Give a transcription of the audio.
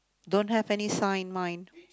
don't have any sign mine